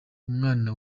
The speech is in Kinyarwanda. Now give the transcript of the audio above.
umwana